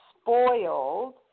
spoiled